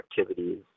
activities